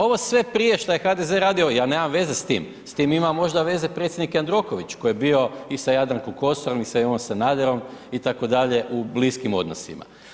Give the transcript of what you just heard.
Ovo sve prije šta je HDZ radio, ja nemam veze sa tim, s tim ima možda veze predsjednik Jandroković koji je bio i sa Jadrankom Kosor i sa Ivom Sanaderom itd., u bliskim odnosima.